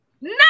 No